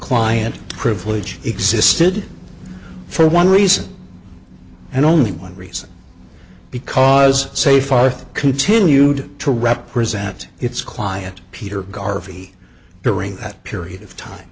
client privilege existed for one reason and only one reason because seyfarth continued to represent its quiet peter garvey during that period of time